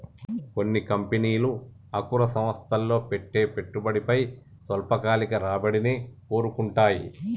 కొన్ని కంపెనీలు అంకుర సంస్థల్లో పెట్టే పెట్టుబడిపై స్వల్పకాలిక రాబడిని కోరుకుంటాయి